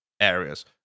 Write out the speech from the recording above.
areas